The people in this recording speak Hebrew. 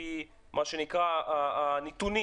לפי הנתונים,